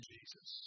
Jesus